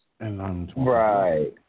Right